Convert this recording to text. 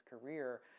career